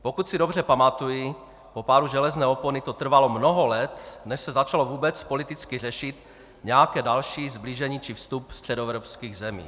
Pokud si dobře pamatuji, po pádu železné opony to trvalo mnoho let, než se začalo vůbec politicky řešit nějaké další sblížení či vstup středoevropských zemí.